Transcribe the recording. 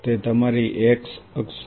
તે તમારી x અક્ષ છે